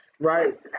Right